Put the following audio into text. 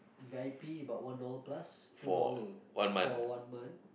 v_i_p about one dollar plus two dollar for one month